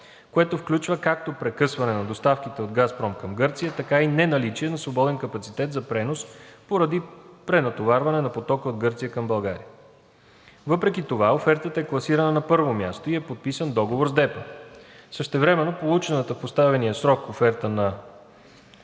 което включва както прекъсване на доставките от „Газпром“ към Гърция, така и неналичие на свободен капацитет за пренос поради пренатоварване на потока от Гърция към България, но въпреки това офертата е класирана на първо място и е подписан договор с DEPA, а същевременно получената в поставения срок оферта на